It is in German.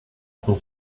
und